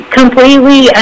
completely